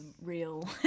real